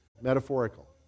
metaphorical